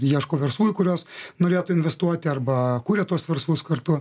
ieško verslų į kurios norėtų investuoti arba kuria tuos verslus kartu